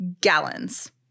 gallons